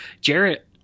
Jarrett